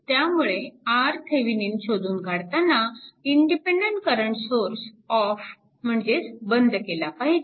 त्यामुळे RThevenin शोधून काढताना इंडिपेन्डन्ट करंट सोर्स ऑफ म्हणजेच बंद केला पाहिजे